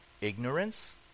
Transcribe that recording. ignorance